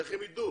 איך הם ידעו?